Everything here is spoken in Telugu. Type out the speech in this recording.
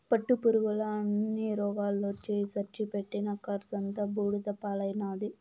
పట్టుపురుగుల అన్ని రోగాలొచ్చి సచ్చి పెట్టిన కర్సంతా బూడిద పాలైనాది